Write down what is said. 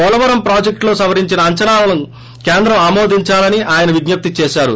పోలవరం ప్రాజెక్టులో సవరించిన అంచనాలను కేంద్రం ఆమోదిందాలని ఆయన విజ్జప్తి చేశారు